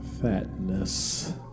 fatness